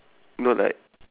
not like